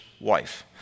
wife